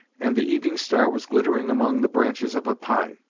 and the evening star was glittering among the branches of a pine.